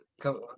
come